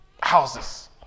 houses